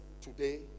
today